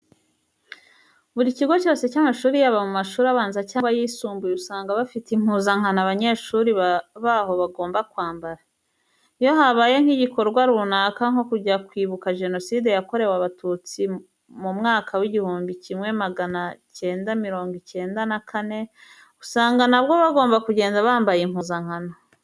Buri kigo cyose cy'amashuri yaba mu mashuri abanza cyangwa ayisumbuye usanga bafite impuzankano abanyeshuri baho bagomba kwambara. Iyo habaye nk'igikorwa runaka nko kujya Kwibuka Jenoside Yakorerwe Abatutsi mu mwaka w'igihumbi kimwe magana icyenda mirongo icyenda na kane usanga na bwo bagomba kugenda bambaye impuzankano.